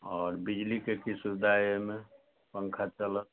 आओर बिजलीके की सुविधा अछि एहिमे पङ्खा चलत